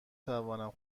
توانم